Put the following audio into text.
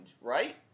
right